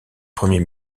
premier